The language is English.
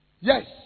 Yes